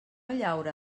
llaura